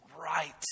right